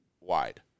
wide